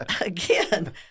Again